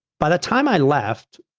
by the time i left,